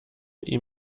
ihm